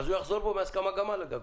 אז הוא יחזור בו מההסכמה גם על הגגות.